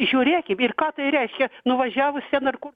žiūrėkim ir ką tai reiškia nuvažiavus ten ar ko